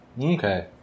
Okay